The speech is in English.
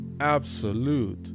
absolute